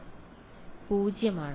വിദ്യാർത്ഥി 0 0